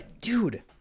Dude